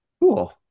cool